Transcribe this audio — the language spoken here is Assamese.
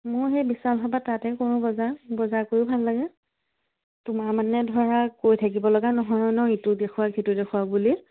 মই সেই বিশাল তাতে কৰোঁ বজাৰ বজাৰ কৰি ভাল লাগে তোমাৰ মানে ধৰা কৈ থাকিব লগা নহয় ন ইটো দেখুৱাওক সিটো দেখোৱাওক বুলি